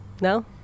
no